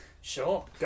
Sure